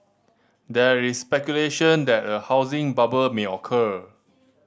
there is speculation that a housing bubble may occur